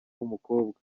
umukobwa